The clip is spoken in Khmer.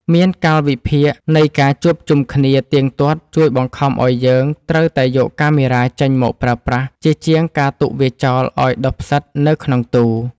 មានកាលវិភាគនៃការជួបជុំគ្នាទៀងទាត់ជួយបង្ខំឱ្យយើងត្រូវតែយកកាមេរ៉ាចេញមកប្រើប្រាស់ជាជាងការទុកវាចោលឱ្យដុះផ្សិតនៅក្នុងទូ។